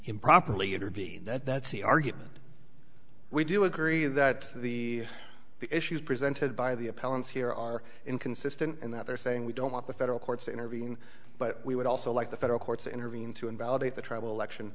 improperly intervene that's the argument we do agree that the the issues presented by the appellants here are inconsistent in that they're saying we don't want the federal courts to intervene but we would also like the federal courts to intervene to invalidate the tribal action